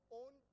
own